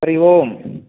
हरिः ओम्